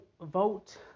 vote